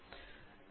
காமகோடி ஆமாம்